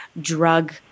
drug